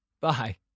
Bye